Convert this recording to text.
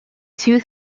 two